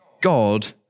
God